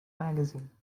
magazine